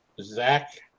Zach